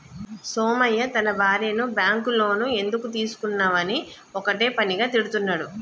సోమయ్య తన భార్యను bank loan ఎందుకు తీసుకున్నవని ఒక్కటే పనిగా తిడుతున్నడు